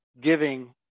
giving